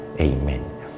Amen